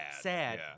sad